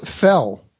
fell